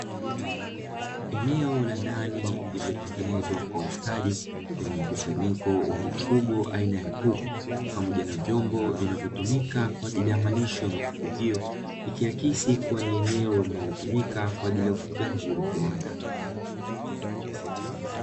Eneo la ndani lililotengenezwa kwa ustadi, lenye mkusanyiko wa mifugo aina ya kuku pamoja na vyombo vinavyotumika kwa ajili ya malisho ya mifugo hiyo, ikiakisi kuwa ni eneo linalotumika kwa ajili ya ufugaji wa viwanda.